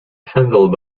handled